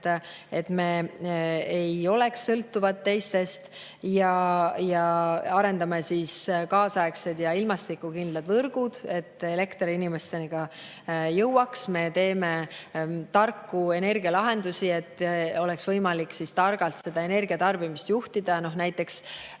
et me ei oleks sõltuvad teistest, ning arendame kaasaegsed ja ilmastikukindlad võrgud, et elekter inimesteni jõuaks. Me teeme tarku energialahendusi, et oleks võimalik targalt energiatarbimist juhtida, näiteks